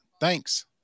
Thanks